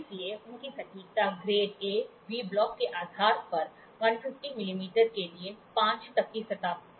इसलिए उनकी सटीकता ग्रेड ए वी ब्लॉक के आधार पर 150 मिलीमीटर के लिए 5 तक की सपाटता आ गई है